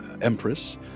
empress